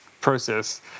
process